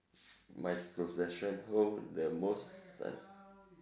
my possession hold the most uh